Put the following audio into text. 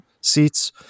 seats